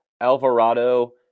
Alvarado